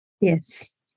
Yes